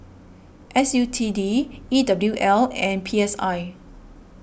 S U T D E W L and P S I